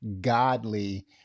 godly